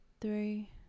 three